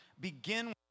begin